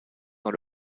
dans